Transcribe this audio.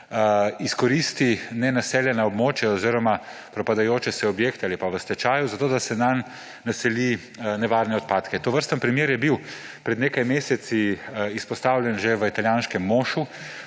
izkoristi nenaseljena območja oziroma propadajoče objekte ali pa objekte v stečaju, da se nanje naseli nevarne odpadke. Tovrsten primer je bil pred nekaj meseci izpostavljen že v italijanskem Mošu,